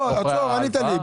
לא, עצור, ענית לי.